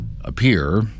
appear